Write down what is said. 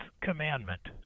commandment